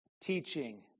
teaching